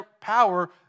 power